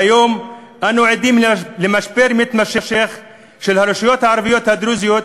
והיום אנו עדים למשבר מתמשך של הרשויות הערביות הדרוזיות,